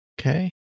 Okay